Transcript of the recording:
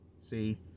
See